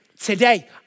Today